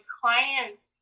clients